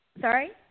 Sorry